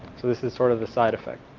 so this is sort of a side effect.